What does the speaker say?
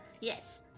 Yes